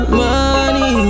money